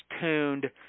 tuned